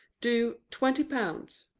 do, twenty pounds.